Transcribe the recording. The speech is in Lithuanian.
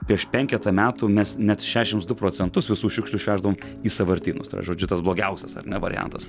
prieš penketą metų mes net šešiasdešimt du procentus visų šiukšlių išveždavom į sąvartynus tas žodžiu tas blogiausias ar ne variantas